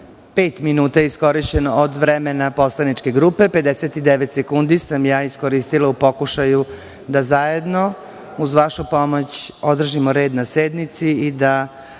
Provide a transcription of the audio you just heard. minuta od vremena poslaničke grupe, a 59 sekundi sam iskoristila u pokušaju da zajedno, uz vašu pomoć, održimo red na sednici i da